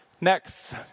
Next